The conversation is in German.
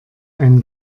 einen